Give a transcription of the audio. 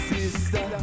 Sister